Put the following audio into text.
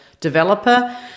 developer